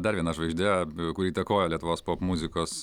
dar viena žvaigždė kuri įtakoja lietuvos popmuzikos